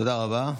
תודה רבה.